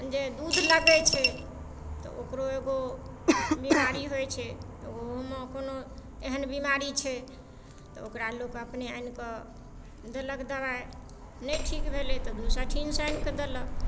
जे दूध लगै छै तऽ ओकरो एगो बीमारी होइ छै ओहोमे कोनो एहन बीमारी छै तऽ ओकरा लोक अपने आनिकऽ देलक दबाइ नहि ठीक भेलै तऽ दोसरठनसँ आनिके देलक